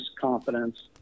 confidence